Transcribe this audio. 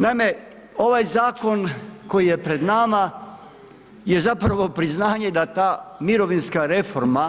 Naime, ovaj zakon koji je pred nama je priznanje da ta mirovinska reforma